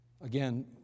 Again